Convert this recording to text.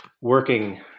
working